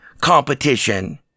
competition